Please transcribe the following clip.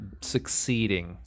succeeding